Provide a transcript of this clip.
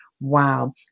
wow